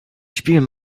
spielen